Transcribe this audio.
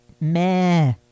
meh